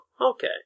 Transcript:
Okay